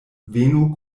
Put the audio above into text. venu